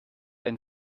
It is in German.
ein